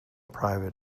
private